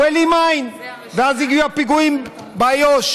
הוא העלים עין, ואז הגיעו הפיגועים באיו"ש.